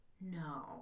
No